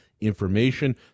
information